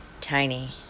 tiny